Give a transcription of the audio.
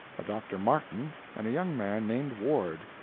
a dr. martin and a young man named ward.